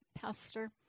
pastor